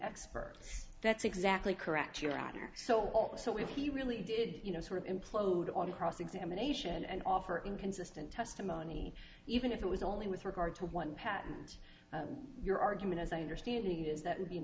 expert that's exactly correct your honor so so if he really did you know sort of implode on cross examination and offer inconsistent testimony even if it was only with regard to one patent your argument as i understand it is that you